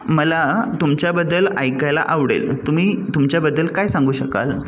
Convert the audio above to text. मला तुमच्याबद्दल ऐकायला आवडेल तुम्ही तुमच्याबद्दल काय सांगू शकाल